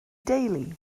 deulu